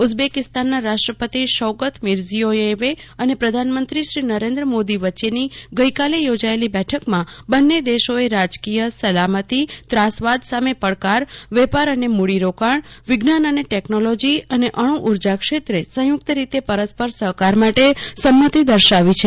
ઉઝબેકિસ્તાનના રાષ્ટ્રપતિ શૌકત મિરઝીયોયેવે અને પ્રધાનમંત્રી શ્રી નરેન્દ્ર મોદી વચ્ચેની યોજાએલી બેઠકમાં બંને દેશોએ રાજકીય સલામતી ત્રાસવાદ સામે પડકાર વેપાર અને મૂડીરોકાજ્ઞ વિજ્ઞાન અને ટેકનોલોજી અને અશ્નુ ઉર્જા ક્ષેત્રે સંયુક્ત રીતે પરસ્પર સહકાર માટે સંમતિ દર્શાવી છે